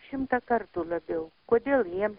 šimtą kartų labiau kodėl jiems